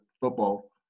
football